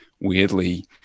weirdly